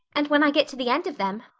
and when i get to the end of them,